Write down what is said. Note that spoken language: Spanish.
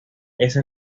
esa